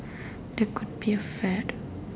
that could be a fad